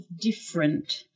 different